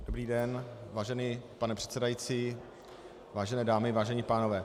Dobrý den, vážený pane předsedající, vážené dámy, vážení pánové.